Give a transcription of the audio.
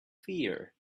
fear